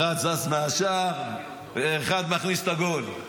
אחד זז מהשער ואחד מכניס את הגול.